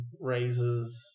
raises